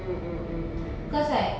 mm mm mm mm mm